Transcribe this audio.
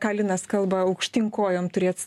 ką linas kalba aukštyn kojom turėt